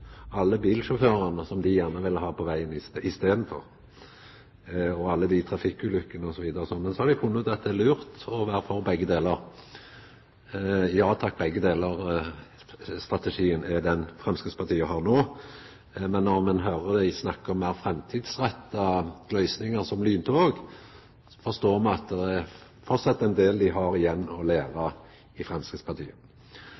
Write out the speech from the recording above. alle bilsjåførane, som dei gjerne ville ha på vegane i staden, og alle dei trafikkulykkene osv., men så har dei funne ut at det er lurt å vera for begge delar: «Ja, takk, begge deler»-strategien er den som Framstegspartiet har no. Men når ein høyrer dei snakkar om meir framtidsretta løysingar, som lyntog, så forstår me at det er framleis ein del ting dei har igjen å